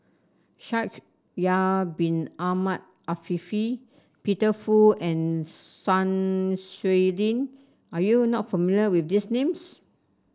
Shaikh Yahya Bin Ahmed Afifi Peter Fu and Sun Xueling are you not familiar with these names